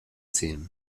team